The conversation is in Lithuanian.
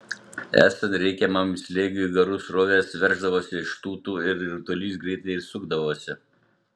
esant reikiamam slėgiui garų srovės verždavosi iš tūtų ir rutulys greitai sukdavosi